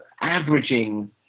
averaging